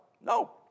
No